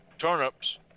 turnips